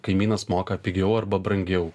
kaimynas moka pigiau arba brangiau